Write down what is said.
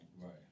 Right